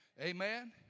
amen